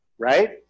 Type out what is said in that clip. right